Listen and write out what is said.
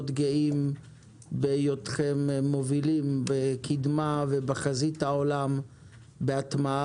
גאים בהיותכם מובילים בקדמה ובחזית העולם בהטמעה